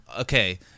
okay